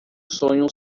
sonho